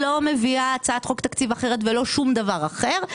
מביאה הצעת חוק תקציב אחר או כל דבר אחר,